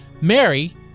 Mary